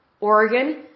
Oregon